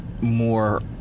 more